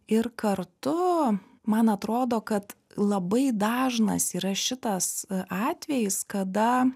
ir kartu man atrodo kad labai dažnas yra šitas atvejis kada